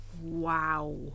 wow